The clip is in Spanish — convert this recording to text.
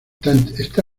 está